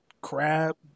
crab